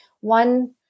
one